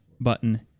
button